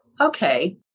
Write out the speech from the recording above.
Okay